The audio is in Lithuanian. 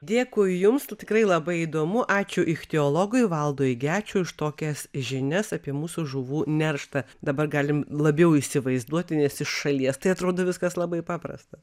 dėkui jums tikrai labai įdomu ačiū ichtiologui valdui gečui už tokias žinias apie mūsų žuvų nerštą dabar galim labiau įsivaizduoti nes iš šalies tai atrodo viskas labai paprasta